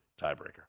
tiebreaker